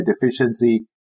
deficiency